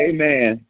Amen